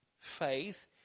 Faith